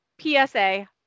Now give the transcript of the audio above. PSA